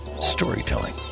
storytelling